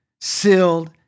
sealed